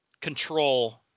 control